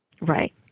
Right